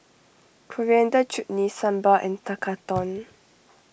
Coriander Chutney Sambar and Tekkadon